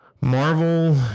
Marvel